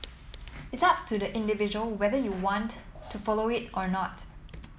it's up to the individual whether you want to follow it or not